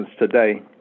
today